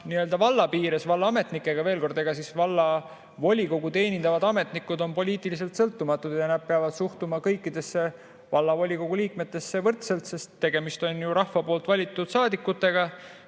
piires ja valla piires vallaametnikega. Veel kord: vallavolikogu teenindavad ametnikud on poliitiliselt sõltumatud ja nad peavad suhtuma kõikidesse vallavolikogu liikmetesse võrdselt, sest tegemist on ju rahva valitud saadikutega.